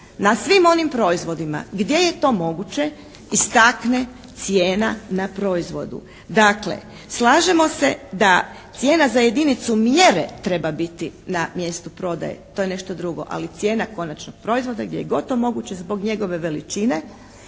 na svim onim proizvodima gdje je to moguće istakne cijena na proizvodu. Dakle, slažemo se da cijena za jedinicu mjere treba biti na mjestu prodaje, to je nešto drugo. Ali cijena konačnog proizvoda, gdje je god to moguće zbog njegove veličine,